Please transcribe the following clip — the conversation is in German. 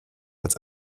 als